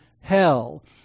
hell